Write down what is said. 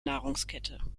nahrungskette